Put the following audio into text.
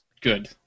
Good